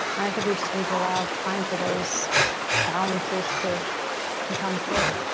and i think we just need to allow time for those balances to to come through.